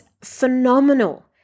phenomenal